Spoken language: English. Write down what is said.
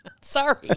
Sorry